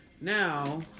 Now